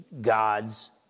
gods